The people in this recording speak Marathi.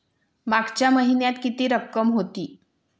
मागच्या महिन्यात किती रक्कम होती?